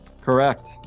correct